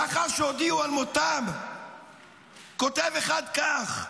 לאחר שהודיעו על מותם כותב אחד כך: